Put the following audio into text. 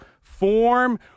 form